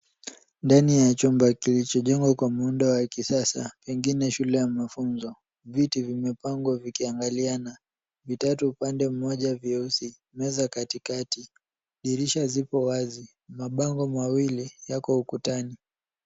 Ndani ya chumba kilichojengwa kwa muundo wa kisasa pengine shule ya mafunzo. Viti vimepangwa vikiangaliana. Vitatu upande mmoja vyeusi meza katikati dirisha zipo wazi. Mabango mawili yako ukutani.